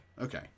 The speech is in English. Okay